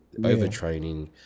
overtraining